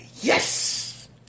yes